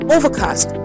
Overcast